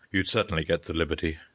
you'd certainly get the liberty.